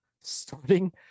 starting